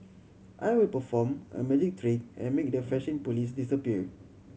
I will perform a magic trick and make the fashion police disappear